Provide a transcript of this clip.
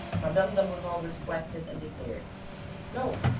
madame d'imblevalle reflected and declared no,